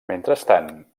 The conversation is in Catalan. mentrestant